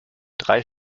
drei